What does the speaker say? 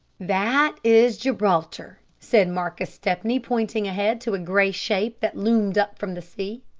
that is gibraltar, said marcus stepney, pointing ahead to a grey shape that loomed up from the sea.